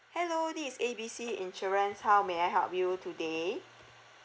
hello this is A B C insurance how may I help you today